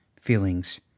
feelings